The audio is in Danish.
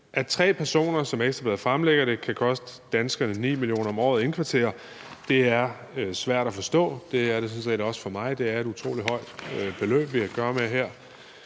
At tre personer, som Ekstra Bladet fremlægger det, kan koste danskerne 9 mio. kr. om året at indkvartere, er svært at forstå. Det er det sådan set også for mig. Det er et utrolig højt beløb, vi har at gøre med her.